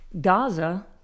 gaza